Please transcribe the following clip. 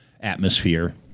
atmosphere